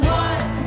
one